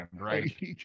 right